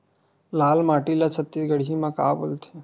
लाल माटी ला छत्तीसगढ़ी मा का बोलथे?